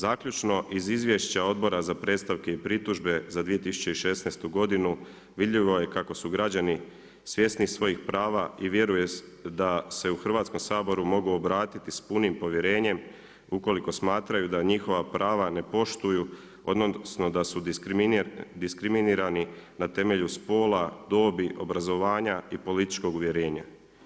Zaključno, iz izvješća Odbora za predstavke i pritužbe za 2016. vidljivo je kako su građani svjesni svojih prava i vjeruje se da se u Hrvatskom saboru mogu obratiti s punim povjerenjem u koliko smatraju da njihova prava ne poštuju, odnosno, da su diskriminirani na temelju spola, dobi, obrazovanja i političkog uvjerenja.